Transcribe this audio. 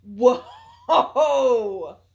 Whoa